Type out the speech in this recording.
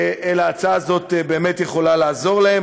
ההצעה הזאת באמת יכולה לעזור להם.